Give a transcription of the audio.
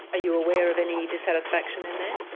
are you aware of any dissatisfaction in there?